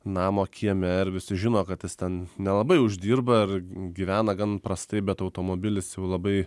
namo kieme ir visi žino kad jis ten nelabai uždirba ar gyvena gan prastai bet automobilis jau labai